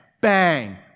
Bang